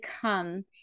come